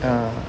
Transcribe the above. ah